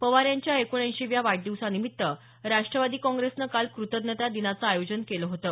पवार यांच्या एकोणऐंशीव्या वाढदिवसानिमित्त राष्टवादी काँग्रेसनं काल कृतज्ञता दिनाचं आयोजन केलं होतं